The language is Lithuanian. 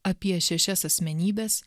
apie šešias asmenybes